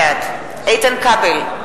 בעד איתן כבל,